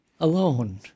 alone